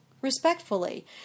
respectfully